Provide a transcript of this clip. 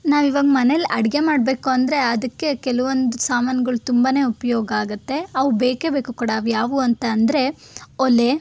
ನಾವು ಇವಾಗ ಮನೆಲಿ ಅಡುಗೆ ಮಾಡಬೇಕು ಅಂದರೆ ಅದಕ್ಕೆ ಕೆಲ್ವೊಂದು ಸಾಮಾನುಗಳು ತುಂಬಾ ಉಪಯೋಗ ಆಗುತ್ತೆ ಅವು ಬೇಕೇ ಬೇಕು ಕೂಡ ಅವು ಯಾವು ಅಂತ ಅಂದರೆ ಒಲೆ